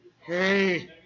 Hey